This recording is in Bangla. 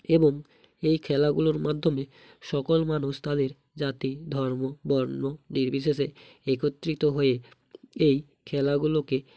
এবং এই খেলাগুলোর মাধ্যমে সকল মানুষ তাদের জাতি ধর্ম বর্ণ নির্বিশেষে একত্রিত হয়ে এই খেলাগুলোকে